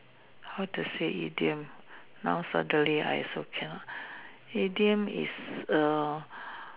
how to say idiom now suddenly I also cannot idiom is err